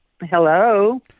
Hello